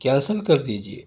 cancel کر دیجئے